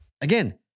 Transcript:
Again